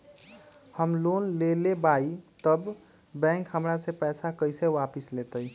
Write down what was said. हम लोन लेलेबाई तब बैंक हमरा से पैसा कइसे वापिस लेतई?